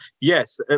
yes